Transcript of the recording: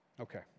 Okay